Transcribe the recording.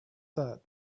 that